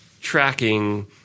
tracking